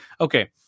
Okay